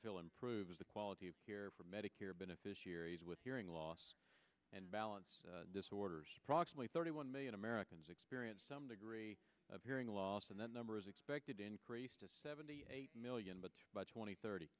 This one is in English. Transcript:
feel improves the quality of care for medicare beneficiaries with hearing loss and balance disorders approximately thirty one million americans experience some degree of hearing loss and that number is expected to increase to seventy eight million but by tw